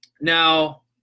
now